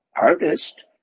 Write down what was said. artist